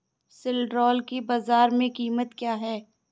सिल्ड्राल की बाजार में कीमत क्या है?